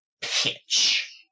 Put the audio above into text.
pitch